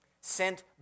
sent